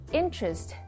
interest